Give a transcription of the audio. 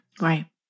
Right